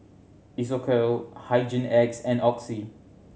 Isocal Hygin X and Oxy